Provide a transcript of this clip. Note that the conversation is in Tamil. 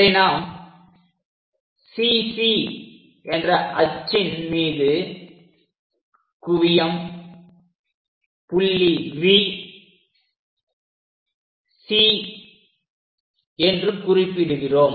இதை நாம் CC என்ற அச்சின் மீது குவியம் புள்ளி V Cஎன்று குறிப்பிடுகிறோம்